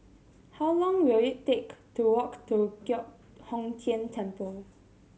how long will it take to walk to Giok Hong Tian Temple